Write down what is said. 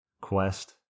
quest